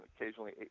occasionally